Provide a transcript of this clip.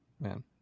Man